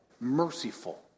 Merciful